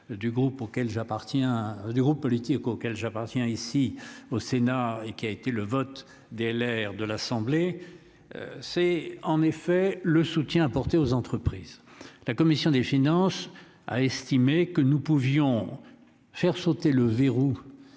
du groupe politique auquel j'appartiens, ici au Sénat et qui a été le vote des l'air de l'Assemblée. C'est en effet le soutien apporté aux entreprises. La commission des finances a estimé que nous pouvions faire sauter le verrou.